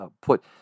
put